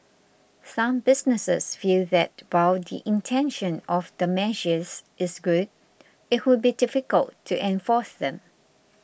some businesses feel that while the intention of the measures is good it would be difficult to enforce them